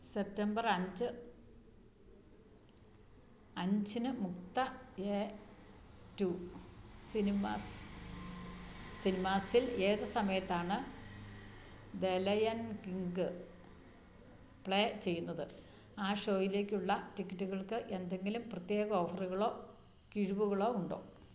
September അഞ്ച് അഞ്ചിന് Mukta A two cinemas സിനിമാസിൽ ഏത് സമയത്താണ് ദ ലയൺ കിങ് പ്ലേ ചെയ്യുന്നത് ആ ഷോയിലേക്കുള്ള ടിക്കറ്റുകൾക്ക് എന്തെങ്കിലും പ്രത്യേക ഓഫറുകളോ കിഴിവുകളോ ഉണ്ടോ